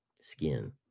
skin